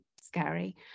scary